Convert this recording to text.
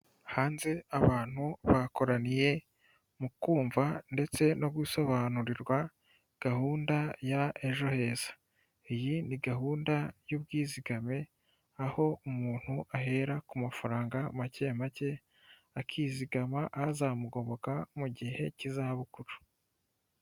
Hanze, abantu bakoraniye mu kumva ndetse no gusobanurirwa gahunda ya Ejo heza. Iyi ni gahunda y'ubwizigame, aho umuntu ahera ku mafaranga make make, akizigama azamugoboka mu gihe cy'izabukuru.